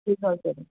रिजल्टहरू